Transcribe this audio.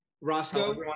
Roscoe